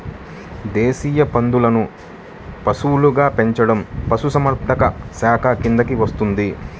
దేశీయ పందులను పశువులుగా పెంచడం పశుసంవర్ధక శాఖ కిందికి వస్తుంది